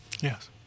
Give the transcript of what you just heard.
Yes